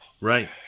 Right